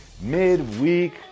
midweek